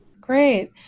Great